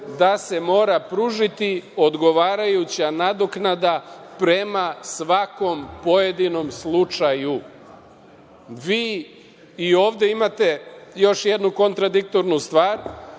da se mora pružiti odgovarajuća nadoknada prema svakom pojedinom slučaju. Vi i ovde imate još jednu kontradiktornu stvar